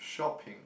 shopping